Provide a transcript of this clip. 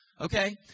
Okay